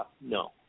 No